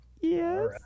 Yes